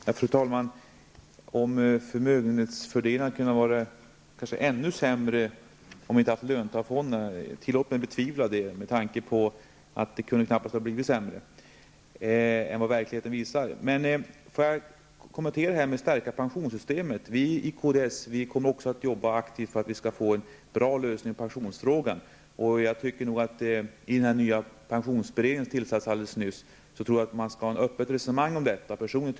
Fru talman! Roland Sundgren undrar om inte förmögenhetsfördelningen hade varit ännu sämre om inte löntagarfonderna hade funnits. Tillåt mig betvivla den saken. Det kunde knappast ha blivit sämre än vad verkligheten nu visar. Vad så gäller frågan om att stärka pensionssystemet kommer vi inom kds aktivt att arbeta för en bra lösning på pensionsfrågan. I den pensionsberedning som nyligen har tillsatts anser jag att det skall föras ett öppet resonemang om den saken.